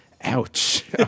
ouch